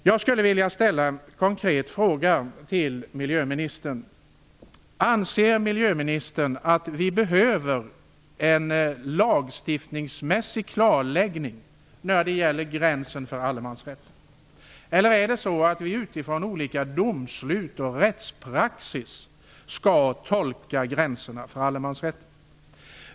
Jag skulle vilja ställa en konkret fråga till miljöministern: Anser miljöministern att vi behöver ett lagstiftningsmässigt klarläggande av gränsen för allemansrätten, eller skall vi tolka gränserna för allemansrätten utifrån olika domslut och rättspraxis?